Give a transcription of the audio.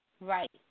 Right